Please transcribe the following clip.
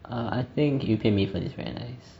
I think 鱼片米粉 is very nice